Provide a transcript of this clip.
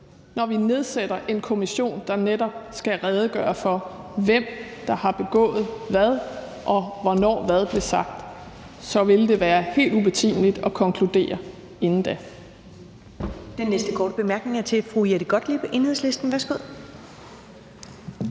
Når vi nedsætter en kommission, der netop skal redegøre for, hvem der har begået hvad, og hvornår hvad blev sagt, vil det være helt ubetimeligt at konkludere noget,